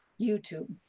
YouTube